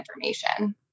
information